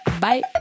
Bye